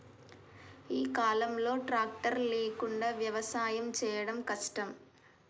ఈ కాలం లో ట్రాక్టర్ లేకుండా వ్యవసాయం చేయడం కష్టం